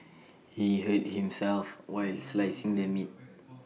he hurt himself while slicing the meat